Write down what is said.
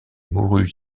mourut